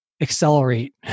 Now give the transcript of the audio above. accelerate